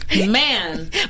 Man